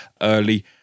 early